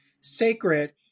sacred